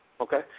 Okay